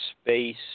space